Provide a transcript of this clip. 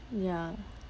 ya